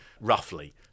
roughly